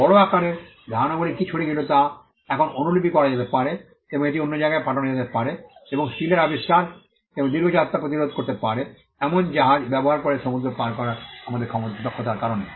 বড় আকারের ধারণাগুলি কী ছড়িয়েছিল তা এখন অনুলিপি করা যেতে পারে এবং এটি অন্য জায়গায় পাঠানো যেতে পারে এবং স্টিলের আবিষ্কার এবং দীর্ঘ যাত্রা প্রতিরোধ করতে পারে এমন জাহাজ ব্যবহার করে সমুদ্র পার করার আমাদের দক্ষতার কারণে